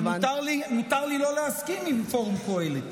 אבל מותר לי לא להסכים עם פורום קהלת.